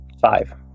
Five